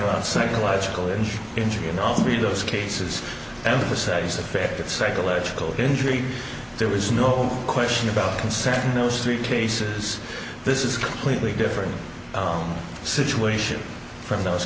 about psychological injury injury and all three of those cases emphasize the fact that psychological injury there was no question about consent in those three cases this is completely different situation from those